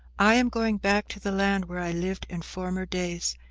i am going back to the land where i lived in former days,